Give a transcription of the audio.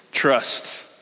trust